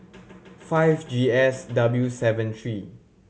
five G S W seven three